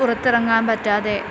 പുറത്ത് ഇറങ്ങാൻ പറ്റാതെ